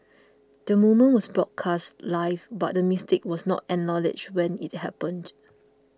the moment was broadcast live but the mistake was not acknowledged when it happened